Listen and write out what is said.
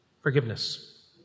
Forgiveness